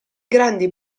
grandi